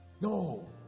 no